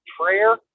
prayer